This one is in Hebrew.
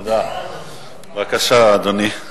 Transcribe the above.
בבקשה, אדוני.